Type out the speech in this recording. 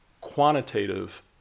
quantitative